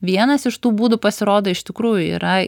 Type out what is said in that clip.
vienas iš tų būdų pasirodo iš tikrųjų yra